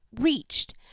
reached